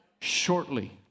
Shortly